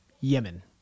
Yemen